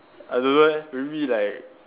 I don't know eh maybe like